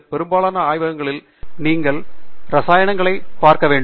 பெரும்பாலான ஆய்வகங்களில் நீங்கள் ரசாயனங்களை பார்க்க வேண்டும்